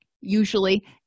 usually